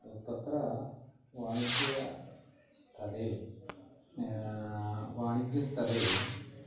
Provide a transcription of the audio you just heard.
तत्र वाणिज्यस्थले वाणिज्यस्थले